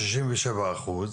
שישים ושבעה אחוז,